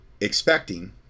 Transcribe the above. expecting